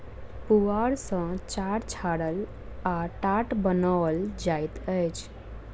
पुआर सॅ चार छाड़ल आ टाट बनाओल जाइत अछि